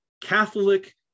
Catholic